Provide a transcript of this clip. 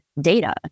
data